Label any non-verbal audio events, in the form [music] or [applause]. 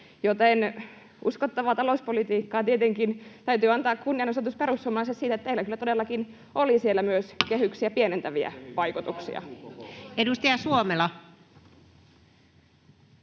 Joten uskottavaa talouspolitiikkaa tietenkin toivotaan. Täytyy antaa kunnianosoitus perussuomalaisille siitä, että teillä kyllä todellakin oli siellä myös [noise] kehyksiä pienentäviä vaikutuksia. [Leena Meri: